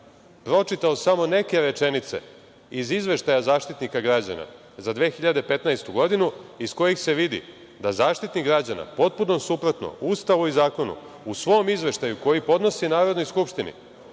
pročitao samo neke rečenice iz izveštaja Zaštitnika građana za 2015. godinu, iz kojih se vidi da Zaštitnik građana potpuno suprotno Ustavu i zakonu u svom izveštaju koji podnosi Narodnoj skupštini